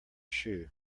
shoe